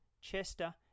Chester